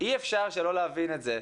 אי אפשר שלא להבין את זה,